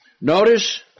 Notice